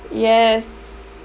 yes